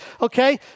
Okay